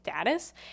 status